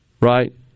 right